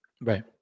Right